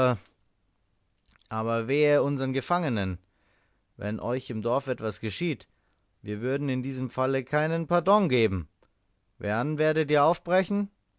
aber wehe unsern gefangenen wenn euch im dorfe etwas geschieht wir würden in diesem falle keinen pardon geben wann werdet ihr aufbrechen